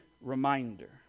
Reminder